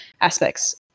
aspects